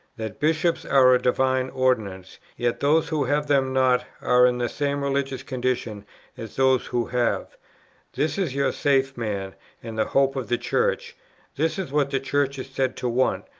that bishops are a divine ordinance, yet those who have them not are in the same religious condition as those who have this is your safe man and the hope of the church this is what the church is said to want,